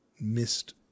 missed